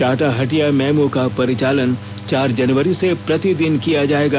Tata Hatia MEMU का परिचालन चार जनवरी से प्रतिदिन किया जाएगा